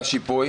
והשיפוי?